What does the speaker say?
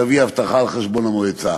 תביא אבטחה על חשבון המועצה,